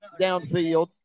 downfield